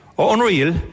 unreal